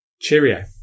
Cheerio